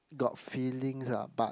got feelings ah but